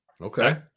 Okay